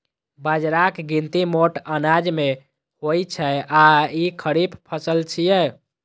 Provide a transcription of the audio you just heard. बाजराक गिनती मोट अनाज मे होइ छै आ ई खरीफ फसल छियै